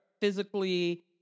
physically